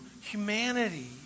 humanity